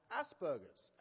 Asperger's